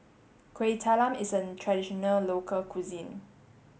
Kueh Talam is a traditional local cuisine